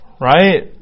Right